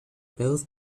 both